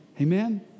Amen